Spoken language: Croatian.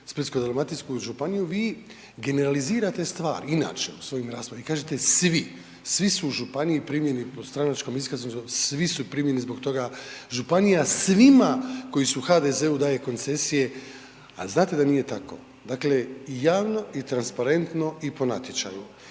splitsko-dalmatinsku županiju, vi generalizirate stvari inače u svojim raspravama i kažete svi, svi su u županiji primljeni po stranačkoj iskaznici, svi su primljeni zbog toga, županija svima koji su u HDZ-u daje koncesije, a znate da nije tako. Dakle, javno i transparentno i po natječaju.